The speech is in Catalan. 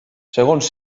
segons